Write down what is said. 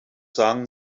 sagen